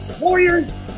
Warriors